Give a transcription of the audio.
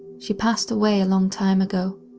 she passed away a long time ago.